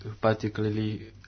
particularly